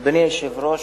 אדוני היושב-ראש,